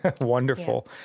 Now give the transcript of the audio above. wonderful